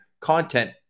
Content